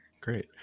Great